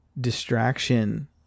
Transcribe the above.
distraction